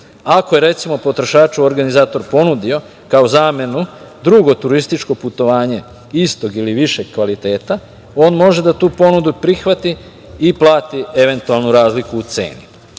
Ako je recimo potrošaču organizator ponudio kao zamenu drugo turističko putovanje istog ili višeg kvaliteta on može da tu ponudu prihvati i plati eventualnu razliku u ceni.